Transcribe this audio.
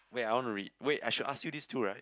wait I want to read wait I should ask you this too right